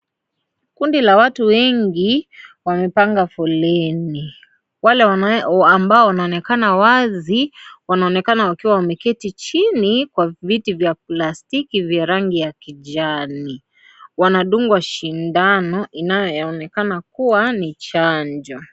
Kundi la watu wengi wamepanga foleni. Wale ambao wanaonekana wazi, wanaonekana wakiwa wameketi chini kwa viti vya plastiki vya rangi ya kijani. Wanadungwa sindano inayoonekana kuwa ni chanjo.